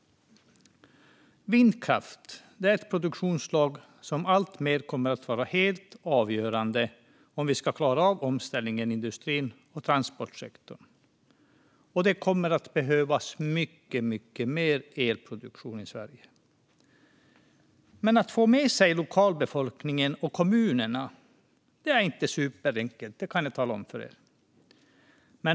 Vindkraft är ett produktionsslag som alltmer kommer att vara avgörande om vi ska klara av omställningen i industrin och transportsektorn. Det kommer att behövas mycket mer elproduktion i Sverige. Men att få med sig lokalbefolkningen och kommunerna är inte superenkelt, kan jag tala om för er.